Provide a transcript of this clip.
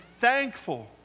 thankful